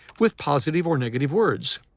with positive or negative words.